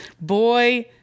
boy